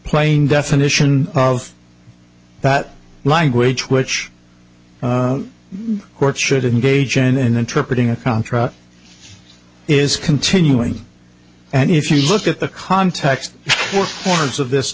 plain definition of that language which the court should engage and interpret in a contra is continuing and if you look at the context or forms of this